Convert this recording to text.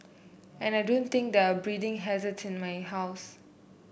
and I don't think there are breeding hazarded in my house